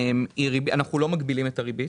אנחנו לא מגבילים את הריבית.